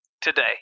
today